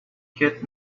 get